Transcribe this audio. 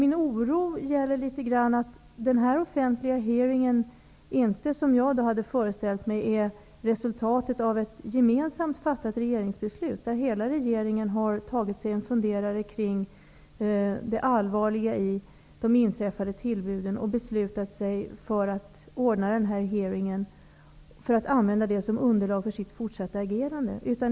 Min oro gäller till en del att denna offentliga hearing inte, som jag hade föreställt mig, är resultatet av ett gemensamt fattat regeringsbeslut, där hela regeringen har tagit sig en funderare kring det allvarliga i de inträffade tillbuden och beslutat sig för att ordna den här hearingen, att användas som underlag för det fortsatta agerandet.